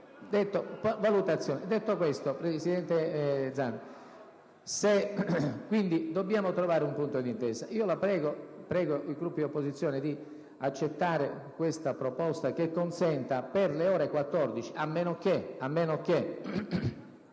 Detto questo, presidente Zanda, dobbiamo trovare un punto d'intesa. Prego i Gruppi di opposizione di accettare questa proposta che consenta per le ore 14 - a meno che,